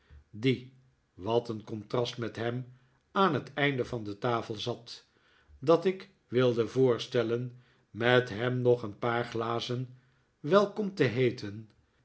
die wat een contrast met hem aan het einde van de tafel zat dat ik wilde voorstellen hem met nog een paar glazen welkom te heeten